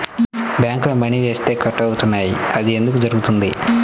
బ్యాంక్లో మని వేస్తే కట్ అవుతున్నాయి అది ఎందుకు జరుగుతోంది?